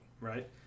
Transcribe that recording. right